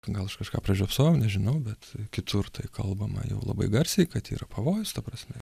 gal aš kažką pražiopsojau nežinau bet kitur tai kalbama jau labai garsiai kad yra pavojus ta prasme